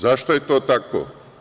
Zašto je to tako?